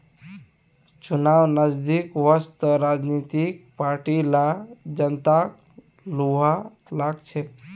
चुनाव नजदीक वस त राजनीतिक पार्टि ला जनताक लुभव्वा लाग छेक